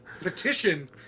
petition